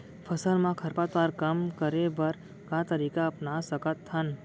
फसल मा खरपतवार कम करे बर का तरीका अपना सकत हन?